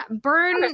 burn